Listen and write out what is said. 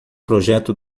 projeto